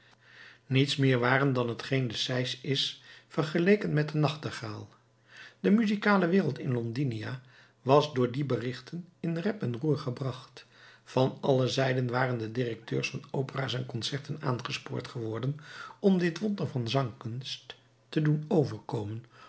niets meer waren dan hetgeen de sijs is vergeleken met den nachtegaal de muzikale wereld in londinia was door die berichten in rep en roer gebracht van alle zijden waren de directeurs van opera's en concerten aangespoord geworden om dit wonder van zangkunst te doen overkomen